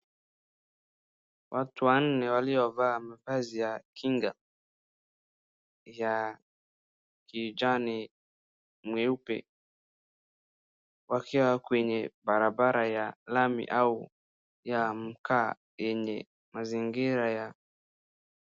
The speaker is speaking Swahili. Watu wanne waliyovaa mavazi ya kinga ya kijani mweupe wakiwa kwenye barabara ya lami au ya mkaa yenye mazingira ya ........